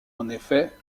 effet